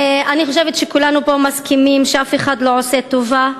אני חושבת שכולנו פה מסכימים שאף אחד לא עושה טובה,